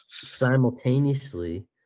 simultaneously